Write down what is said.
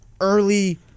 early